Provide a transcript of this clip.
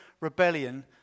rebellion